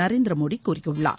நரேந்திர மோடி கூறியுள்ளார்